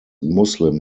muslim